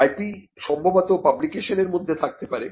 IP সম্ভবত publication এর মধ্যে থাকতে পারে